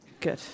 Good